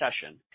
session